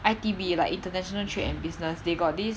I_T_B like international trade and business they got this